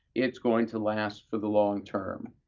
it's going to last for the long term,